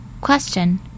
Question